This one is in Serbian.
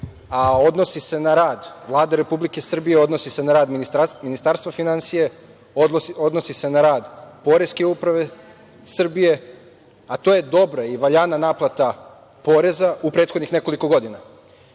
a odnosi se na rad Vlade Republike Srbije, odnosi se na rad Ministarstva finansija, odnosi se na rad Poreske uprave Srbije, a to je dobra i valjana naplata poreza u prethodnih nekoliko godina.